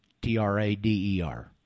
t-r-a-d-e-r